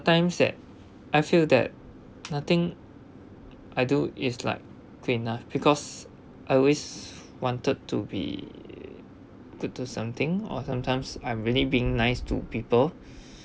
times that I feel that nothing I do is like clean nah because I always wanted to be good to something or sometimes I'm really being nice to people